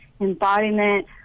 embodiment